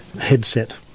headset